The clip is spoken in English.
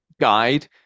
guide